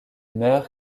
meurt